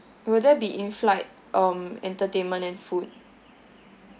will there be inflight um entertainment and food